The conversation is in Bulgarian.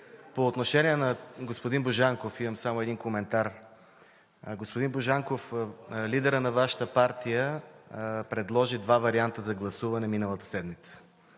По отношение на господин Божанков имам само един коментар. Господин Божанков, лидерът на Вашата партия предложи два варианта за гласуване миналата седмица.